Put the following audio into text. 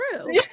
true